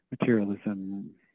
materialism